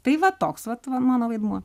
tai va toks vat va mano vaidmuo